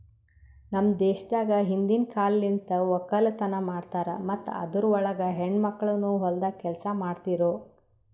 ನಮ್ ದೇಶದಾಗ್ ಹಿಂದಿನ್ ಕಾಲಲಿಂತ್ ಒಕ್ಕಲತನ ಮಾಡ್ತಾರ್ ಮತ್ತ ಅದುರ್ ಒಳಗ ಹೆಣ್ಣ ಮಕ್ಕಳನು ಹೊಲ್ದಾಗ್ ಕೆಲಸ ಮಾಡ್ತಿರೂ